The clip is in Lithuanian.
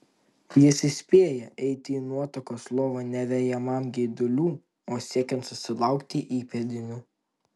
jis įspėja eiti į nuotakos lovą ne vejamam geidulių o siekiant susilaukti įpėdinių